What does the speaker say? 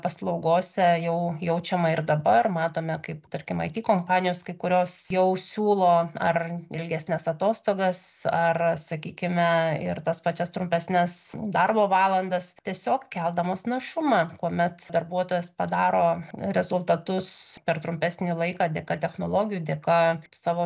paslaugose jau jaučiama ir dabar matome kaip tarkim it kompanijos kai kurios jau siūlo ar ilgesnes atostogas ar sakykime ir tas pačias trumpesnes darbo valandas tiesiog keldamos našumą kuomet darbuotojas padaro rezultatus per trumpesnį laiką dėka technologijų dėka savo